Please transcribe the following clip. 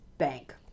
bank